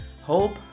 Hope